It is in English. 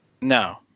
No